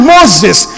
Moses